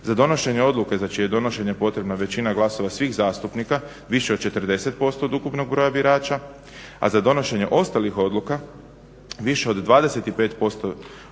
za donošenje odluke za čije je donošenje potrebna većina glasova svih zastupnika više od 40% od ukupnog broja birača, a za donošenje ostalih odluka više od 25% od